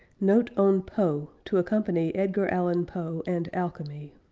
note on poe to accompany edgar allan poe and alchemy